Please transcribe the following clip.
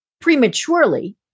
prematurely